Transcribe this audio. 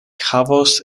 havos